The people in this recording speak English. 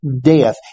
death